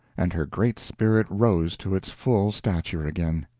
and her great spirit rose to its full stature again.